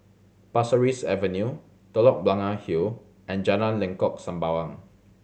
Pasir Ris Avenue Telok Blangah Hill and Jalan Lengkok Sembawang